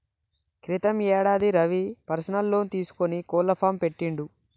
క్రితం యేడాది Ravi personal loan తీసుకొని కోళ్ల ఫాం పెట్టిండు